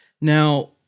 Now